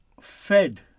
fed